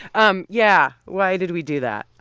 um yeah. why did we do that?